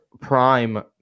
prime